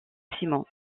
simon